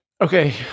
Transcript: Okay